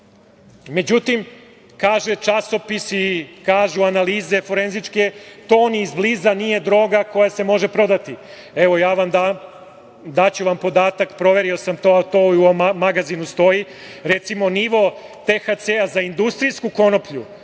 Međutim, kaže časopis i kažu analize forezničke, to ni izbliza nije droga koja se može prodati. Evo, daću vam podatak, proverio sam to, to i u magazinu stoji, recimo, nivo THC-a za industrijusku konoplju